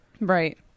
right